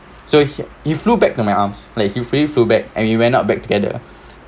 so he he flew back to my arms like he free flew back and we went out back together